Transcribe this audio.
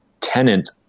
tenant